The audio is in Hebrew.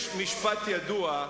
יש משפט ידוע,